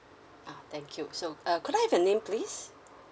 ah thank you so uh could I have your name please